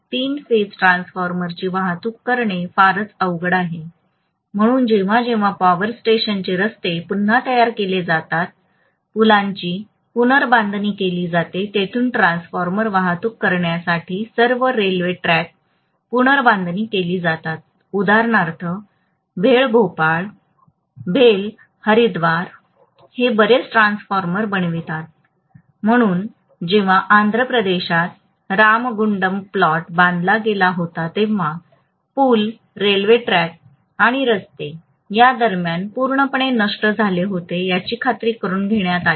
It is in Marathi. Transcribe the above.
तीन फेज ट्रान्सफॉर्मर्सची वाहतूक करणे फारच अवघड आहे म्हणून जेव्हा जेव्हा पॉवर स्टेशनचे रस्ते पुन्हा तयार केले जातात पुलांची पुनर्बांधणी केली जाते तेथून ट्रान्सफॉर्मर वाहतूक करण्यासाठी सर्व रेल्वे ट्रॅक पुनर्बांधणी केली जातात उदाहरणार्थ भेल भोपाळ भेल हरिद्वार हे बरेच ट्रान्सफॉर्मर बनवतात म्हणून जेव्हा आंध्र प्रदेशात रामगुंडम प्लांट बांधला गेला होता तेव्हा पुल रेल्वे ट्रॅक आणि रस्ते या दरम्यान पूर्णपणे नष्ट झाले होते याची खात्री करुन घेण्यात आली